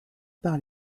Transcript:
par